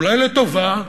אולי לטובה,